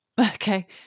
Okay